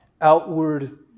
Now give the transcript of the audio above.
outward